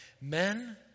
Men